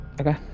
Okay